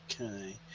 Okay